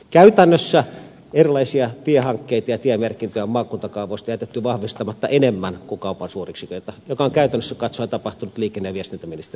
käytännössä erilaisia tiehankkeita ja tiemerkintöjä on maakuntakaavoista jätetty vahvistamatta enemmän kuin kaupan suuryksiköiltä mikä on käytännöllisesti katsoen tapahtunut liikenne ja viestintäministeriön toimesta